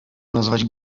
nazwać